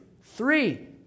Three